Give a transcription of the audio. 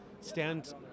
stand